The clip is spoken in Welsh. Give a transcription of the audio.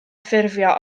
ffurfio